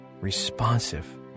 responsive